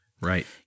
Right